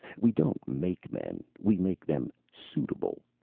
we don't make men. we make them suitable.